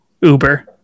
Uber